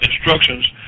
instructions